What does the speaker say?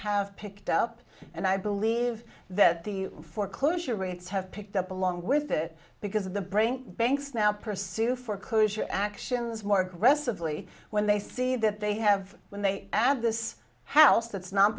have picked up and i believe that the foreclosure rates have picked up along with it because of the brain banks now pursue foreclosure actions more aggressively when they see that they have when they add this house that's no